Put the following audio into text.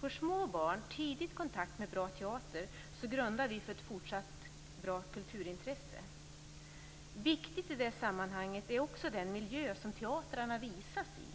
Får små barn tidigt kontakt med bra teater grundar vi för ett fortsatt bra kulturintresse. Viktigt i det sammanhanget är också den miljö som teaterföreställningarna visas i.